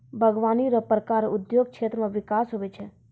बागवानी रो प्रकार उद्योग क्षेत्र मे बिकास हुवै छै